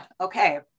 Okay